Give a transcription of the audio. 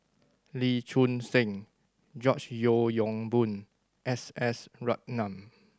Lee Choon Seng George Yeo Yong Boon S S Ratnam